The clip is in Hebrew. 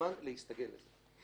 הזמן להסתגל לזה.